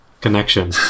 connection